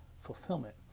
fulfillment